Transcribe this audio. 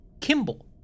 Kimball